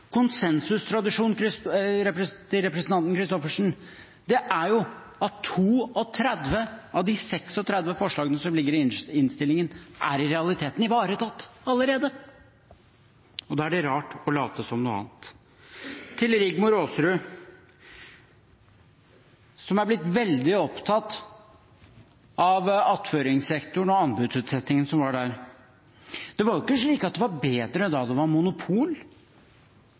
Til representanten Christoffersen: Konsensustradisjon er at 32 av de 36 forslagene som ligger i innstillingen, i realiteten allerede er ivaretatt. Da er det rart å late som noe annet. Til Rigmor Aasrud, som er blitt veldig opptatt av attføringssektoren og anbudsutsettingen som var der: Det var jo ikke slik at det var bedre da det var monopol.